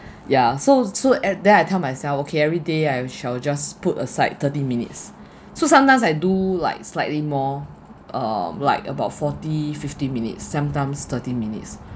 ya so so at there I tell myself okay every day I shall just put aside thirty minutes so sometimes I do like slightly more uh like about forty fifty minutes sometimes thirty minutes